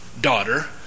daughter